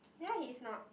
ya he's not